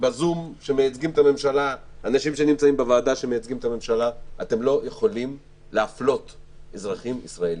אומר לנציגי הממשלה שאתם לא יכולים להפלות בין אזרחים ישראלים.